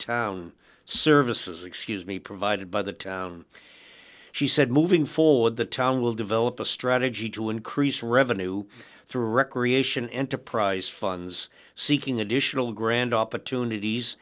town services excuse me provided by the town she said moving forward the town will develop a strategy to increase revenue through recreation enterprise funds seeking additional grand opportunities